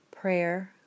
prayer